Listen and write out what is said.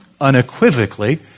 unequivocally